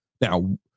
Now